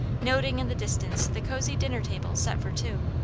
noting in the distance the cozy dinner table set for two.